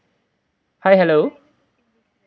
hi hello